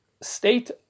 state